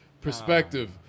perspective